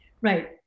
right